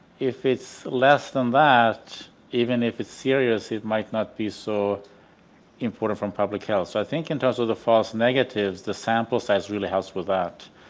if it's less than even if it's serious, it might not be so important for public health so i think in terms of the false negatives the sample size really helps with that.